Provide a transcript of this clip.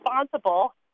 responsible